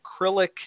acrylic